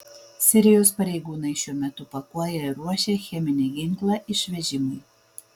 sirijos pareigūnai šiuo metu pakuoja ir ruošia cheminį ginklą išvežimui